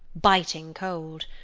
biting cold.